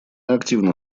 активно